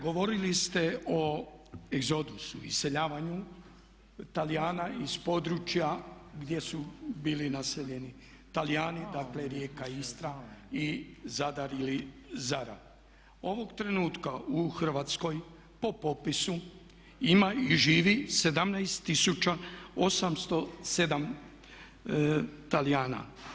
Govorili ste o egzodusu, iseljavanju Talijana iz područja gdje su bili naseljeni Talijani, dakle Rijeka, Istra i Zadar ili … Ovog trenutka u Hrvatskoj po popisu ima i živi 17807 Talijana.